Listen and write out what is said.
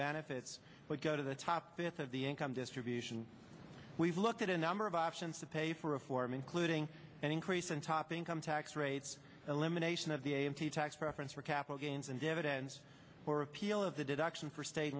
benefits would go to the top fifth of the income distribution we've looked at a number of options to pay for reform including an increase in top income tax rates elimination of the a m t tax preference for capital gains and dividends or repeal of the deduction for state